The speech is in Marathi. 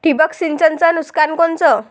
ठिबक सिंचनचं नुकसान कोनचं?